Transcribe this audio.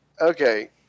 okay